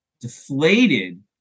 deflated